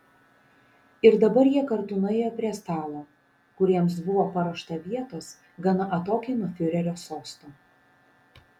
ir dabar jie kartu nuėjo prie stalo kur jiems buvo paruošta vietos gana atokiai nuo fiurerio sosto